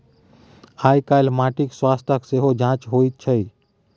आयकाल्हि माटिक स्वास्थ्यक सेहो जांचि होइत छै